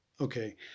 Okay